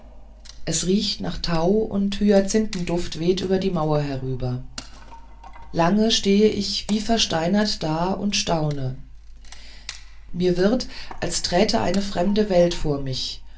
es riecht nach tau und hyazinthenduft weht über die mauer herüber lange stehe ich wie versteinert da und staune mir wird als träte eine fremde welt vor mich